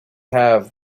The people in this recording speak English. have